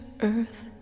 earth